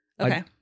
Okay